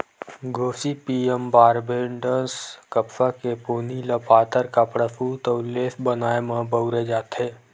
Gossypium barbadense कपसा के पोनी ल पातर कपड़ा, सूत अउ लेस बनाए म बउरे जाथे